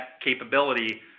capability